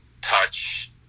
touch